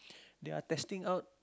they are testing out